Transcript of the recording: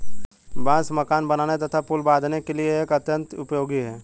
बांस मकान बनाने तथा पुल बाँधने के लिए यह अत्यंत उपयोगी है